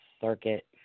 Circuit